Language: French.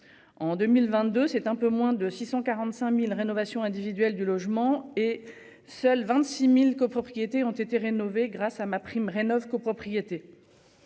En 2022, c'est un peu moins de 645.000 rénovations individuel du logement et seuls 26.000 copropriétés ont été rénovés grâce à ma prime Rénov'co-propriété.